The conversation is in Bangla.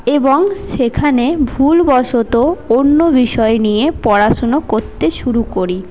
এবং সেখানে ভুলবশত অন্য বিষয় নিয়ে পড়াশোনা করতে শুরু করি